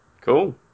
Cool